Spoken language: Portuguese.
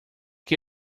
que